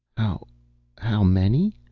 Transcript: how how many?